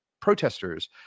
protesters